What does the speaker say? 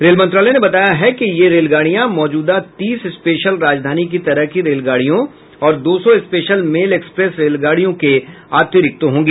rail मंत्रालय ने बताया है कि ये रेलगाड़ियां मौजूदा तीस स्पेशल राजधानी की तरह की रेलगाड़ियों और दो सौ स्पेशल मेल एक्सप्रेस रेलगाड़ियों के अतिरिक्त होंगी